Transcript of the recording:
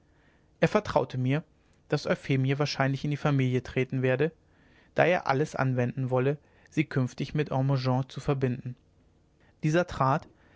er vertraute mir daß euphemie wahrscheinlich in die familie treten werde da er alles anwenden wolle sie künftig mit hermogen zu verbinden dieser trat